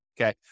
okay